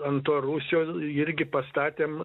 ant to rūsio irgi pastatėm